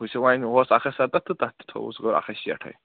وُچھِو وۅنۍ اوس اَکھ ہَتھ سَتَتھ تہٕ تَتھ تہِ تھووُس وۅنۍ اَکھ ہَتھ شیٹھٕے